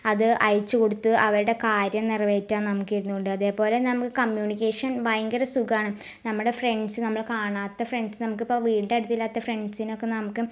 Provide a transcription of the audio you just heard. അത് അയച്ച് കൊടുത്ത് അവരുടെ കാര്യം നിറവേറ്റാം നമുക്ക് ഇരുന്ന് കൊണ്ട് അതെപോലെ നമുക്ക് കമ്യൂണിക്കേഷൻ ഭയങ്കര സുഖമാണ് നമ്മുടെ ഫ്രെണ്ട്സ് നമ്മൾ കാണാത്ത ഫ്രെണ്ട്സ് നമുക്ക് ഇപ്പോൾ വീട് അടുത്തില്ലാത്ത ഫ്രണ്ട്സിനൊക്കെ നമുക്ക്